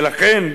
ולכן,